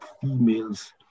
females